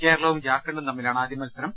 കേരളവും ജാർഖണ്ഡും തമ്മിലാണ് ആദ്യ് മത്സരം